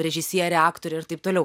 režisierė aktorė ir taip toliau